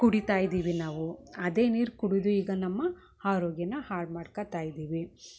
ಕುಡಿತಾ ಇದ್ದೀವಿ ನಾವು ಅದೇ ನೀರು ಕುಡಿದು ಈಗ ನಮ್ಮ ಆರೋಗ್ಯನ ಹಾಳು ಮಾಡ್ಕೊತಾ ಇದ್ದೀವಿ